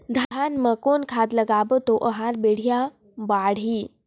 धान मा कौन खाद लगाबो ता ओहार बेडिया बाणही?